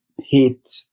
hit